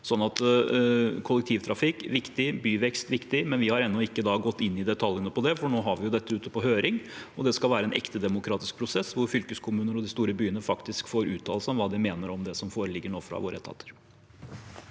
Kollektivtrafikk er viktig, og byvekst er viktig, men vi har ennå ikke gått inn i detaljene på det. Nå har vi dette ute på høring, og det skal være en ekte demokratisk prosess, hvor fylkeskommunene og de store byene faktisk får uttale seg om hva de mener om det som nå foreligger fra våre etater.